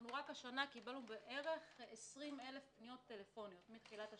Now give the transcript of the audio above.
רק השנה קיבלנו כ-20,000 פניות טלפוניות מתחילת השנה,